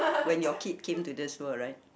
when your kid came to this world right